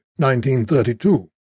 1932